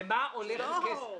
לְמה הולך הכסף?